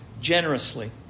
generously